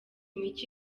mike